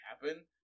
happen